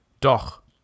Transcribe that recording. doch